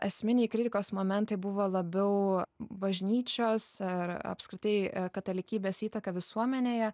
esminiai kritikos momentai buvo labiau bažnyčios ar apskritai katalikybės įtaka visuomenėje